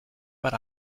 but